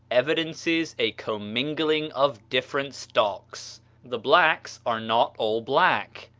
evidences a commingling of different stocks the blacks are not all black,